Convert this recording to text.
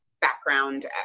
background